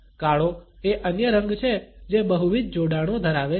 કાળો એ અન્ય રંગ છે જે બહુવિધ જોડાણો ધરાવે છે